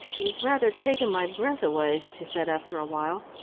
you've rather taken my breath away, she said after a while.